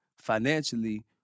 financially